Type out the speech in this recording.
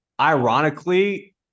ironically